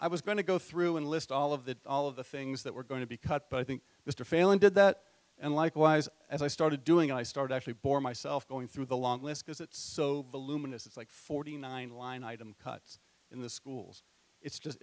i was going to go through and list all of the all of the things that we're going to be cut but i think mr failon did that and likewise as i started doing i start actually bore myself going through the long list because it's so voluminous it's like forty nine line item cuts in the schools it's just